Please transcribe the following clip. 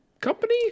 company